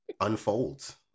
unfolds